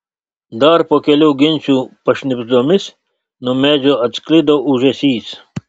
dar po kelių ginčų pašnibždomis nuo medžių atsklido ūžesys